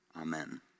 Amen